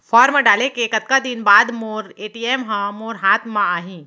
Form डाले के कतका दिन बाद मोर ए.टी.एम ह मोर हाथ म आही?